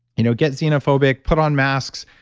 you know get xenophobic, put on masks,